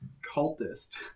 cultist